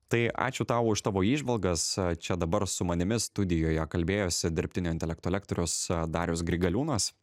tai ačiū tau už tavo įžvalgas čia dabar su manimi studijoje kalbėjosi dirbtinio intelekto lektorius darius grigaliūnas